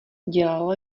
dělal